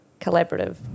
collaborative